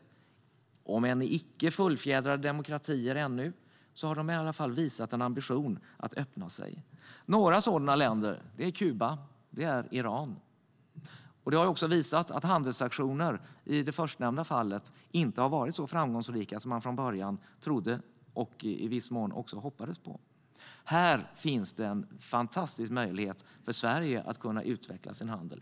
Om än icke fullfjädrade demokratier har de i varje fall visat en ambition att öppna sig. Några sådana länder är Kuba och Iran. Det har visat sig att handelsaktioner i det förstnämnda fallet inte har varit så framgångsrika som man från början trodde och i viss mån också hoppades på. Här finns det en fantastisk möjlighet för Sverige att kunna utveckla sin handel.